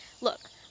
Look